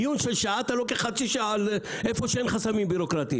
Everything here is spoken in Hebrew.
דיון של שעה אתה לוקח חצי שעה לאיפה שאין חסמים בירוקרטיים.